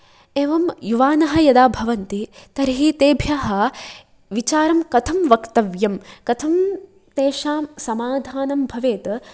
एवं युवानः यदा भवन्ति तर्हि तेभ्यः विचारं कथं वक्तव्यं कथं तेषां समाधानं भवेत्